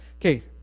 okay